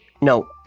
No